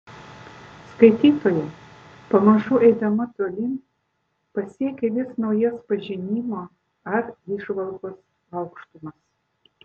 skaitytoja pamažu eidama tolyn pasiekia vis naujas pažinimo ar įžvalgos aukštumas